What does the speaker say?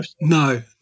No